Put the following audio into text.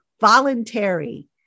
voluntary